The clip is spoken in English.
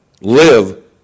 live